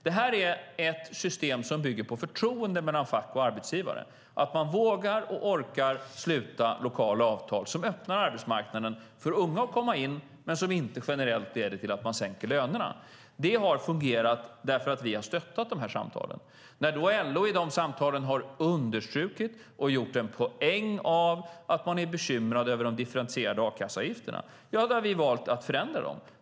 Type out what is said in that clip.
Det här är ett system som bygger på förtroende mellan fack och arbetsgivare - att man vågar och orkar sluta lokala avtal som öppnar arbetsmarknaden för unga att komma in men som inte generellt leder till att man sänker lönerna. Det har fungerat därför att vi har stöttat dessa samtal. När då LO i de samtalen har understrukit och gjort en poäng av att man är bekymrad över de differentierade a-kasseavgifterna har vi valt att förändra dem.